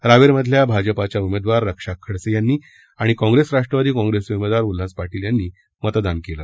रावेरमधल्या भाजपाच्या उमेदवार रक्षा खडसे यानी आणि काँप्रेस राष्ट्रवादी काँप्रेसचे उमेदवार उल्हास पाटील यांनी मतदान केलं